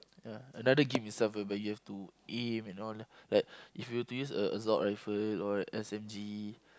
ya another game itself whereby you have to aim and all like if you were to use a assault-ifle or S_M_G